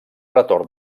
retorn